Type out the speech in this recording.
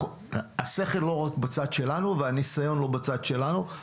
השכל והניסיון לא רק בצד שלנו.